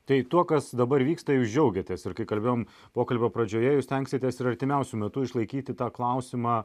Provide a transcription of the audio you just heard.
tai tuo kas dabar vyksta jūs džiaugiatės ir kai kalbėjom pokalbio pradžioje jūs stengsitės ir artimiausiu metu išlaikyti tą klausimą